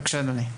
בבקשה, אדוני.